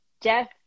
Jeff